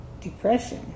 depression